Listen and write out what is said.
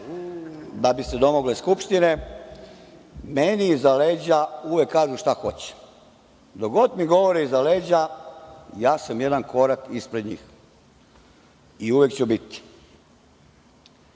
da bi se domogle Skupštine, meni iza leđa uvek kažu šta hoće. Dok god mi govore iza leđa, ja sam jedan korak ispred njih i uvek ću biti.